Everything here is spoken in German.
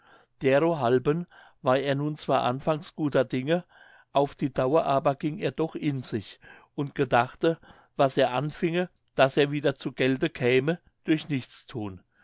derohalben war er nun zwar anfangs guter dinge auf die dauer aber ging er doch in sich und gedachte was er anfinge daß er wieder zu gelde käme durch nichtsthun